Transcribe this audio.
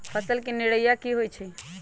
फसल के निराया की होइ छई?